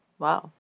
Wow